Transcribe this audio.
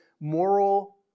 moral